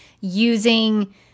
using